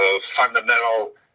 fundamental